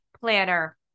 planner